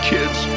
Kids